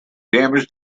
damage